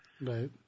Right